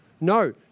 no